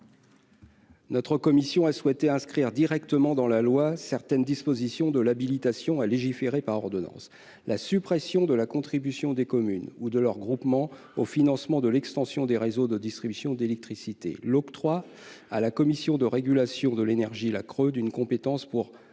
? La commission a souhaité inscrire directement dans la loi certaines dispositions de l'habilitation à légiférer par ordonnances : la suppression de la contribution des communes ou de leurs groupements au financement de l'extension des réseaux de distribution d'électricité, ainsi que l'octroi à la CRE d'une compétence pour